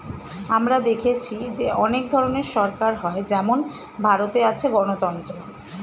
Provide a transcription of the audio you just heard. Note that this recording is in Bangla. আমরা দেখেছি যে অনেক ধরনের সরকার হয় যেমন ভারতে আছে গণতন্ত্র